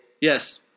Yes